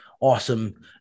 awesome